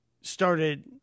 started